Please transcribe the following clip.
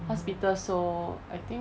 hospital so I think